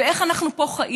ואיך אנחנו חיים פה?